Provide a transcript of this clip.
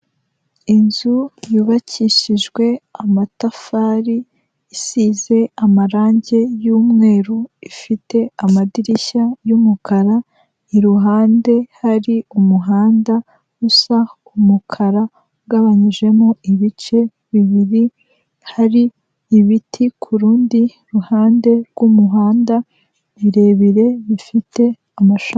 Inzu yubakishijwe amatafari, isize amarangi y'umweru, ifite amadirishya y'umukara, iruhande hari umuhanda usa umukara ugabanyijemo ibice bibiri, hari ibiti ku rundi ruhande rw'umuhanda, birebire, bifite amashami.